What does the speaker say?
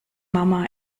mama